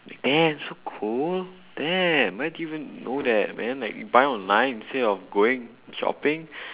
like damn so cool damn where do you even know that man like you buy online instead of going shopping